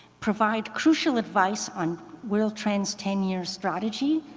provide crucial advice on wheel-trans ten years strategy,